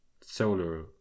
solar